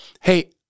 hey